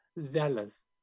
zealous